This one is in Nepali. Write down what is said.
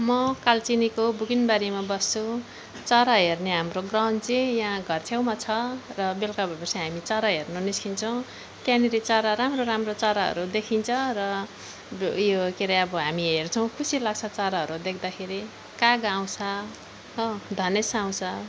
म कालचिनीको बुकिनबारीमा बस्छु चरा हेर्ने हाम्रो ग्राउन्ड चाहिँ यहाँ घरछेउमा छ र बेलुका भएपछि हामी चरा हेर्न निस्किन्छौँ त्यहाँनेरि चरा राम्रो राम्रो चराहरू देखिन्छ र ब् ऊ यो के रे अब हामी हेर्छौँ खुसी लाग्छ चराहरू देख्दाखेरि काग आउँछ हो धनेस आउँछ